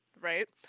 right